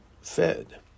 fed